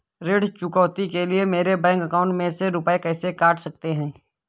ऋण चुकौती के लिए मेरे बैंक अकाउंट में से रुपए कैसे कट सकते हैं?